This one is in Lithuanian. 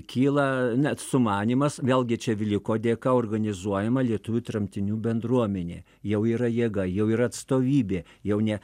kyla net sumanymas vėlgi čia vliko dėka organizuojama lietuvių tremtinių bendruomenė jau yra jėga jau yra atstovybė jau ne